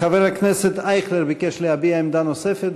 חבר הכנסת אייכלר ביקש להביע עמדה נוספת.